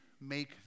make